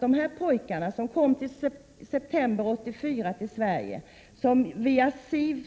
De här pojkarna kom till Sverige i september 1984. SIV